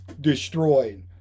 destroyed